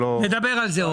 טוב, עוד נדבר על זה.